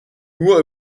nur